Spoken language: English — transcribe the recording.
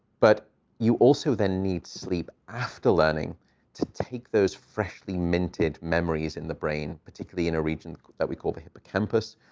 but you also then need to sleep after learning to take those freshly-minted memories in the brain, particularly in a region that we call the hippocampus,